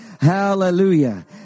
Hallelujah